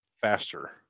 faster